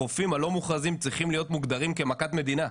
החופים הלא-מוכרזים צריכים להיות מוגדרים כמכת מדינה.